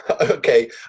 Okay